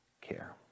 care